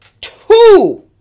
two